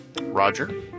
Roger